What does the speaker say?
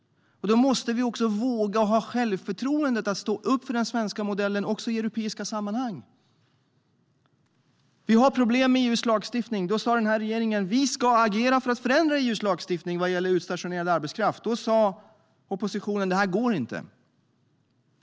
Då måste vi våga och ha självförtroendet att stå upp för den svenska modellen, också i europeiska sammanhang. Vi har problem med EU:s lagstiftning. Den här regeringen sa att vi skulle agera för att förändra EU:s lagstiftning vad gäller utstationerad arbetskraft. Då sa oppositionen att det inte går.